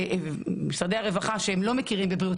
כשמשרדי הרווחה שלא מכירים בבריאות